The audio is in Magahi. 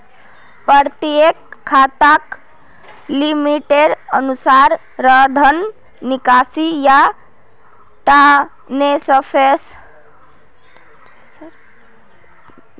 प्रत्येक खाताक लिमिटेर अनुसा र धन निकासी या ट्रान्स्फरेर इजाजत दीयाल जा छेक